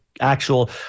actual